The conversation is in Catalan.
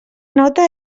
nota